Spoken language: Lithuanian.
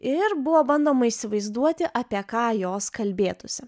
ir buvo bandoma įsivaizduoti apie ką jos kalbėtųsi